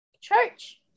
church